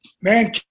man